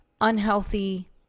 unhealthy